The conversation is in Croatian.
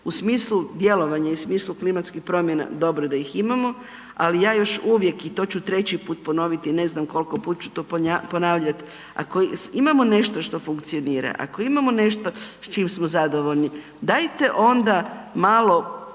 u smislu djelovanja i u smislu klimatskih promjena, dobro da ih imamo, ali još uvijek i to ću treći put ponoviti, ne znam koliko puta ću to ponavljati. Imamo nešto što funkcionira, ako imamo nešto s čim smo zadovoljni, dajte onda malo